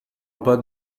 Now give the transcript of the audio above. pas